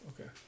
Okay